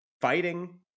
fighting